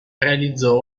realizzò